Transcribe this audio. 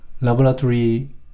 laboratory